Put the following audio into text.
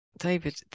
David